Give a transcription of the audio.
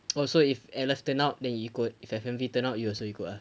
oh so if L_F turn out then you ikut if F_M_V turn out also you ikut ah